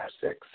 six